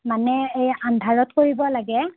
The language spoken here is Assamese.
মানে এই আন্ধাৰত কৰিব লাগে